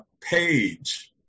page